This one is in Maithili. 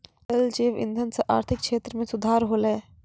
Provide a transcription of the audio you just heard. तरल जैव इंधन सँ आर्थिक क्षेत्र में सुधार होलै